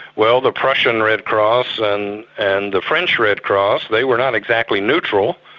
well the prussian red cross and and the french red cross, they were not exactly neutral,